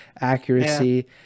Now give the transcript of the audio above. accuracy